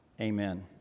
Amen